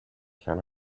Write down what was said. can